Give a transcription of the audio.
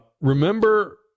Remember